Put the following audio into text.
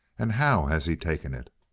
and how has he taken it?